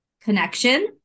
connection